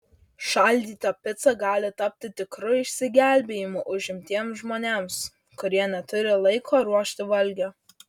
šaldyta pica gali tapti tikru išsigelbėjimu užimtiems žmonėms kurie neturi laiko ruošti valgio